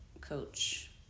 coach